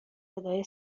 صدای